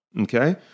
okay